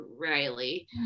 Riley